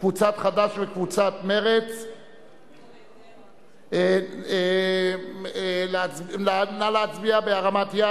קבוצת סיעת מרצ וקבוצת סיעת קדימה לסעיף 3 לא נתקבלה.